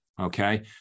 Okay